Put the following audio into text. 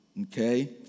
okay